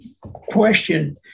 question